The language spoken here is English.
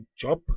job